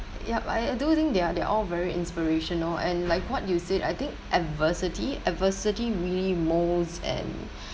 yup I I do think they are they are all very inspirational and like what you said I think adversity adversity really molds and